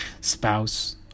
Spouse